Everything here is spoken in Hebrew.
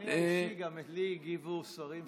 מניסיוני האישי, גם לי הגיבו שרים שלא היו קשורים.